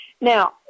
Now